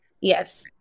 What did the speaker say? Yes